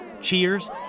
cheers